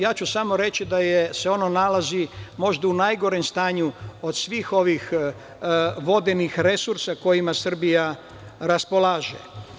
Ja ću samo reći da se ono nalazi u najgorem stanju od svih ovih vodenih resursa kojima Srbija raspolaže.